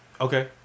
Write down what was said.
Okay